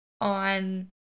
on